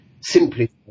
simply